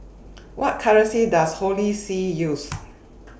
What currency Does Holy See use